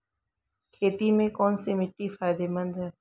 खेती में कौनसी मिट्टी फायदेमंद है?